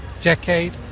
decade